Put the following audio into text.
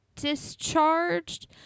discharged